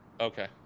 Okay